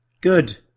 good